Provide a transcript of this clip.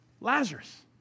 Lazarus